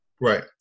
Right